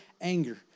anger